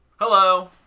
hello